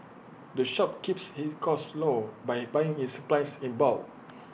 the shop keeps its costs low by buying its supplies in bulk